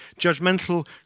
judgmental